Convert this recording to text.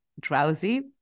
drowsy